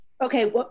Okay